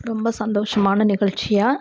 ரொம்ப சந்தோஷமான நிகழ்ச்சியாக